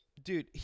Dude